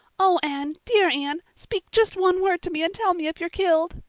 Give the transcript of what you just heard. oh, anne, dear anne, speak just one word to me and tell me if you're killed.